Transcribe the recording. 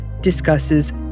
discusses